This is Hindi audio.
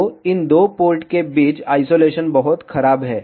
तो इन दो पोर्ट के बीच आइसोलेशन बहुत खराब है